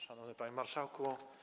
Szanowny Panie Marszałku!